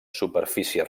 superfície